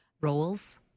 roles